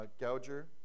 Gouger